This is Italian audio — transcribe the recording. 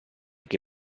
che